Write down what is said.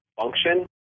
function